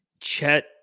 Chet